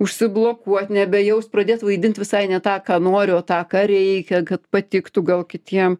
užsiblokuoti nebejaust pradės vaidint visai ne tą ką nori o tą ką reikia kad patiktų gal kitiem